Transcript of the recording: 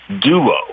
duo